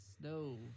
No